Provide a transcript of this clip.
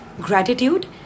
gratitude